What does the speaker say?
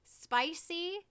spicy